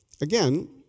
again